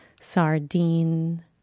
sardine